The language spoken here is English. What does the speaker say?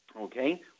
Okay